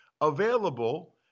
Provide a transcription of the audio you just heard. Available